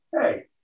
hey